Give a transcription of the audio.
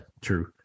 true